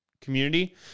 community